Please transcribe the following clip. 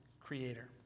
Creator